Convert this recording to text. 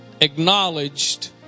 acknowledged